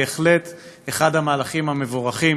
בהחלט אחד המהלכים המבורכים.